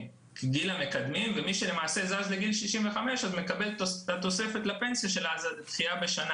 כגיל המקדמים ומי שזז לגיל 65 מקבל את התוספת לפנסיה של הדחייה בשנה.